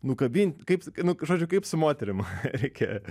nukabint kaip nu žodžiu kaip su moterim reikia